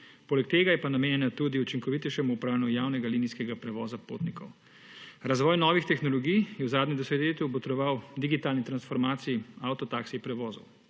Poleg tega je pa namenjena tudi učinkovitejšemu opravljanju javnega linijskega prevoza potnikov. Razvoj novih tehnologij je v zadnjem desetletju botroval digitalni transformaciji avto taksi prevozov.